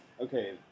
Okay